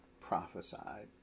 prophesied